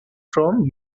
from